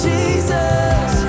Jesus